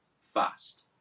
fast